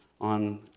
on